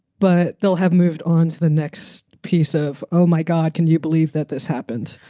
but they'll have moved onto the next piece of. oh, my god. can you believe that this happened?